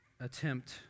attempt